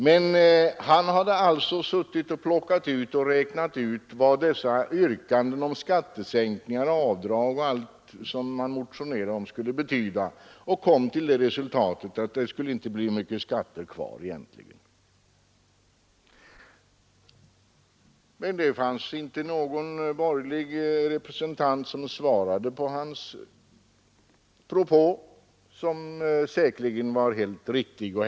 Herr Sjöholm hade alltså suttit och räknat ut vad dessa yrkanden om skattesänkningar och avdrag och allt möjligt annat skulle betyda, och han kom till det resultatet att det egentligen inte skulle bli mycket skatter kvar. Det var inte någon borgerlig representant som svarade på hans propå, som säkerligen var helt riktig.